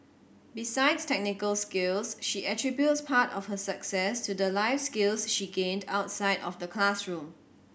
besides technical skills she attributes part of her success to the life skills she gained outside of the classroom